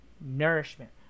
nourishment